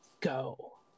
go